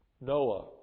Noah